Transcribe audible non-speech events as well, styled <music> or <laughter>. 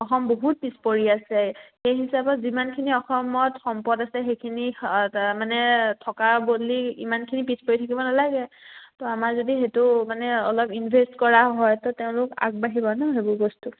অসম বহুত পিছ পৰি আছে সেই হিচাপত যিমানখিনি অসমত সম্পদ আছে সেইখিনি <unintelligible> মানে থকাৰ বদলি ইমানখিনি পিছ পৰি থাকিব নালাগে তো আমাৰ যদি সেইটো মানে অলপ ইনভেষ্ট কৰা হয় তো তেওঁলোক আগবাঢ়িব নহয় সেইবোৰ বস্তু